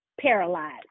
paralyzed